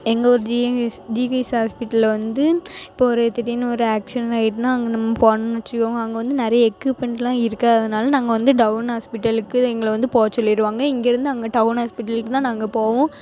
எங்கூர் GNH GH ஹாஸ்பிடலில் வந்து இப்போ ஒரு திடீர்ன்னு ஒரு ஆக்ஸிடெண்ட் ஆகிட்டுன்னா அங்கே நம்ம போணோம்ன்னு வச்சிக்கோங்க அங்கே வந்து நிறைய எக்யூப்மெண்ட்லாம் இருக்குது அதனால நாங்கள் வந்து டவுன் ஹாஸ்பிடலுக்கு எங்களை வந்து போக சொல்லிருவாங்க இங்கேருந்து அங்கே டவுன் ஹாஸ்பிடல்க்கு தான் நாங்கள் போவோம்